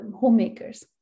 homemakers